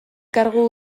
kargu